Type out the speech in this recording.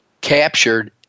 captured